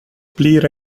blir